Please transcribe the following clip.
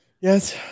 Yes